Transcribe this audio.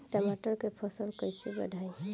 टमाटर के फ़सल कैसे बढ़ाई?